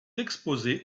exposée